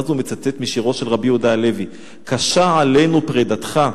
ואז הוא מצטט משירו של רבי יהודה הלוי: "קשה עלינו פרידתך,